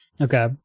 Okay